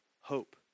hope